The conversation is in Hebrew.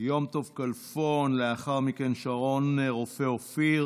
יום טוב כלפון, לאחר מכן של שרון רופא אופיר